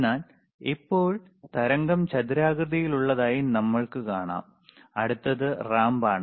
എന്നാൽ ഇപ്പോൾ തരംഗം ചതുരാകൃതിയിലുള്ളതായി നമുക്ക് കാണാം അടുത്തത് റാമ്പാണ്